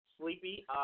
sleepy